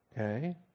Okay